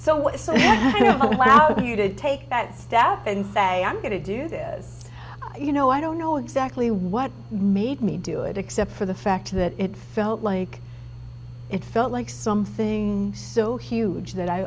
so you did take that step and say i'm going to do this you know i don't know exactly what made me do it except for the fact that it felt like it felt like something so huge that i